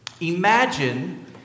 Imagine